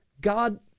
God